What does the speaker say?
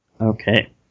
Okay